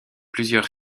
plusieurs